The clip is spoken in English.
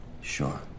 Sure